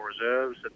reserves